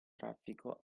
traffico